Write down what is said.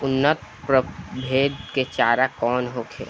उन्नत प्रभेद के चारा कौन होखे?